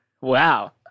Wow